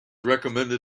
recommended